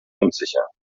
unsicher